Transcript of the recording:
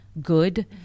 good